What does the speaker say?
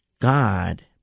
God